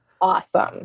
awesome